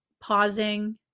pausing